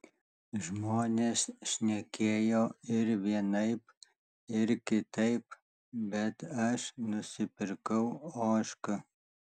žmonės šnekėjo ir vienaip ir kitaip bet aš nusipirkau ožką